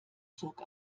zog